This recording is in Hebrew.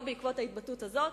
לא בעקבות ההתבטאות הזאת,